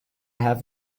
have